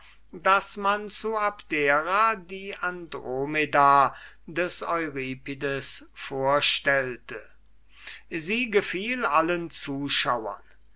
daß man zu abdera die andromeda des euripides vorstellte sie gefiel allen zuschauern